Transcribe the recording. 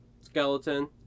skeleton